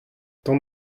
tamm